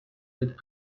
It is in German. mit